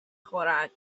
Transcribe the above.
خورد